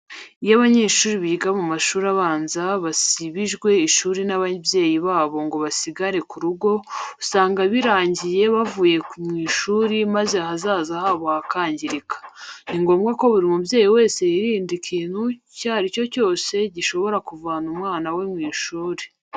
Iyo abanyeshuri biga mu mashuri abanza basibijwe ishuri n'ababyeyi babo ngo basigare ku rugo, usanga birangiye bavuye mu ishuri maze ahazaza habo hakangirika. Ni ngombwa ko buri mubyeyi wese yirinda ikintu icyo ari cyo cyose gishobora kuvana umwana we mu ishuri.